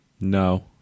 No